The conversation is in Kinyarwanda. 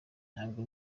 ntabwo